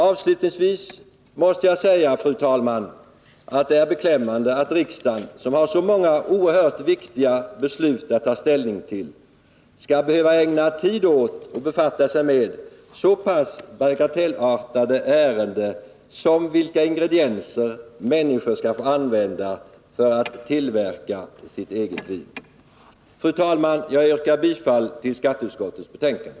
Avslutningsvis måste jag, fru talman, säga att det är beklämmande att riksdagen, som har så många oerhört viktiga beslut att ta ställning till, skall behöva ägna tid åt och befatta sig med så pass bagatellartade ärenden som vilka ingredienser människor skall få använda för att tillverka sitt eget vin. Fru talman! Jag yrkar bifall till hemställan i skatteutskottets betänkande.